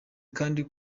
kandi